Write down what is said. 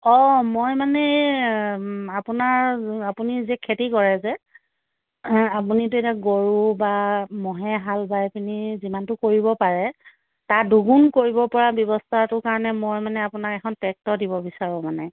অ মই মানে এ আপোনাৰ আপুনি যে খেতি কৰে যে আপুনিতো এতিয়া গৰু বা ম'হে হাল বাইপেনি যিমানটো কৰিব পাৰে তাৰ দুগুণ কৰিব পৰা ব্যৱস্থাটোৰ কাৰণে মই মানে আপোনাক এখন টেক্টৰ দিব বিচাৰোঁ মানে